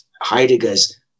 Heidegger's